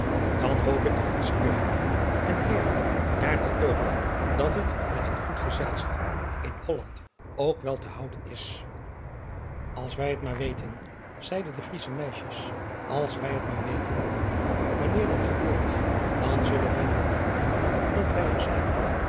dan hoop ik de riesche uffrouwen en eeren daar te toonen dat het met een goed gezelschap in olland ook wel te houden is ls wij het maar weten zeiden de riesche meisjes als wij het maar weten wanneer dat gebeurt dan zullen wij wel maken dat wij er zijn